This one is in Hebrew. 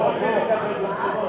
הקואליציה.